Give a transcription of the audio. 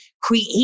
create